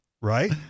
right